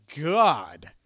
God